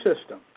system